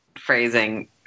phrasing